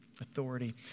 Authority